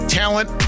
talent